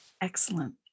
Excellent